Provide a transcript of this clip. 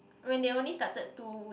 when they only started two weeks